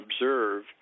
observe